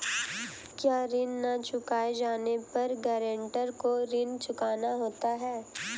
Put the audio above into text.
क्या ऋण न चुकाए जाने पर गरेंटर को ऋण चुकाना होता है?